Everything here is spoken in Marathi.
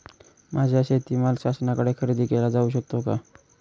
माझा शेतीमाल शासनाकडे खरेदी केला जाऊ शकतो का?